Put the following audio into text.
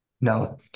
No